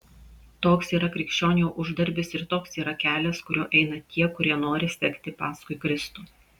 toks yra krikščionio uždarbis ir toks yra kelias kuriuo eina tie kurie nori sekti paskui kristų